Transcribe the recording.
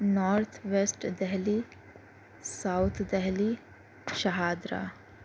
north west Delhi south Delhi Shahdara